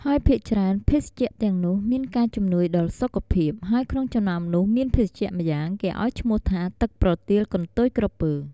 ហើយភាគច្រើនភេសជ្ជៈទាំងនោះ មានការជំនួយដល់សុខភាព ហើយក្នុងចំណោមនោះមានភេសជ្ជៈម្យ៉ាងគេអោយឈ្មោះថា ទឹកប្រទាលកន្ទុយក្រពើ។